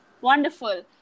Wonderful